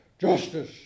justice